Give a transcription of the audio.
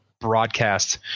broadcast